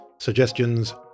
suggestions